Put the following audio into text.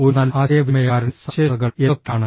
ഒരു നല്ല ആശയവിനിമയക്കാരന്റെ സവിശേഷതകൾ എന്തൊക്കെയാണ്